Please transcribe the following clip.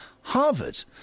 Harvard